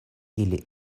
ili